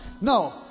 no